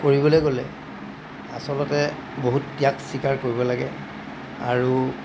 কৰিবলৈ গ'লে আচলতে বহুত ত্যাগ স্বীকাৰ কৰিব লাগে আৰু